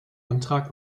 antrag